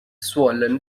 swollen